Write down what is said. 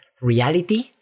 reality